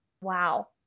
wow